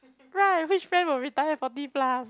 right which friend will retire forty plus